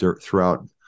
throughout